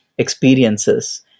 experiences